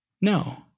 No